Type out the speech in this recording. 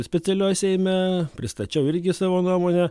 specialioj seime pristačiau irgi savo nuomonę